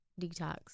detox